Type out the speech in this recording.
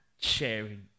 sharing